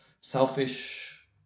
Selfish